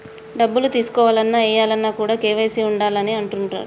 డబ్బులు తీసుకోవాలన్న, ఏయాలన్న కూడా కేవైసీ ఉండాలి అని అంటుంటరు